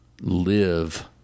live